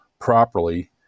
properly